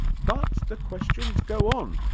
but the questions go on.